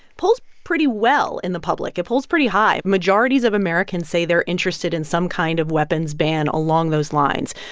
polls pretty well in the public. it polls pretty high. majorities of americans say they're interested in some kind of weapons ban along those lines.